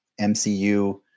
MCU